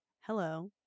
hello